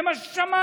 זה מה ששמענו.